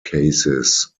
cases